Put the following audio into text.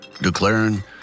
Declaring